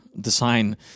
design